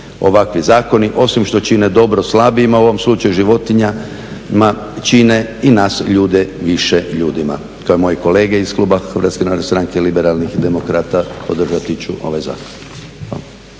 Ovakvi zakoni osim što čine dobro slabijima, u ovom slučaju životinjama, čine i nas ljude više ljudima, kao i moji kolege iz klub Hrvatske narodne stranke liberalnih demokrata podržati ću ovaj zakon.